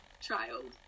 child